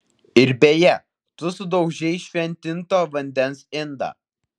ir beje tu sudaužei šventinto vandens indą